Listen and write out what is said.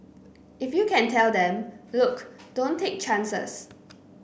if you can tell them look don't take chances